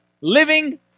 living